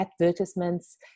advertisements